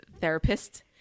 therapist